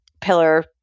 pillar